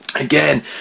Again